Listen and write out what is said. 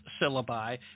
syllabi